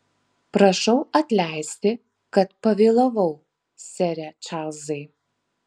prašau atleisti kad pavėlavau sere čarlzai